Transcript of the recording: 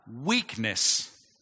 weakness